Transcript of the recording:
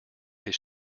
his